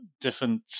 different